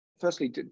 firstly